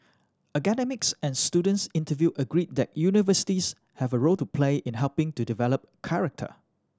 academics and students interviewed agreed that universities have a role to play in helping to develop character